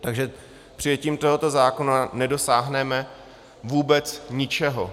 Takže přijetím tohoto zákona nedosáhneme vůbec ničeho.